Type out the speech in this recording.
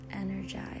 energize